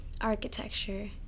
architecture